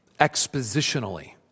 expositionally